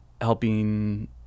helping